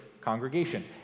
congregation